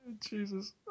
Jesus